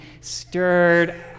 stirred